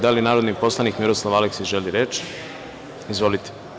Da li narodni poslanik Miroslav Aleksić želi reč? (Da) Izvolite.